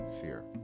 fear